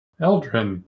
Eldrin